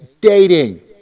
dating